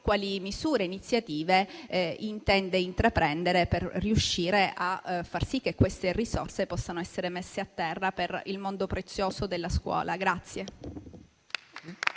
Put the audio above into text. quali misure e iniziative intenda intraprendere per riuscire a far sì che queste risorse possano essere messe a terra per il mondo prezioso della scuola.